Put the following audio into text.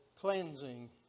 cleansing